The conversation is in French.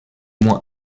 moins